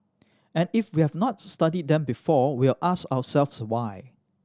and if we hane not studied them before we'll ask ourselves why